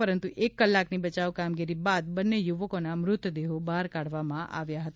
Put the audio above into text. પરંતુ એક કલાકની બચાવ કામગીરી બાદ બન્ને યુવકોના મૃતદેહો બહાર કાઢવામાં આવ્યા હતા